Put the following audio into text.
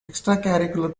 extracurricular